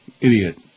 Idiot